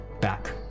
back